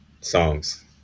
songs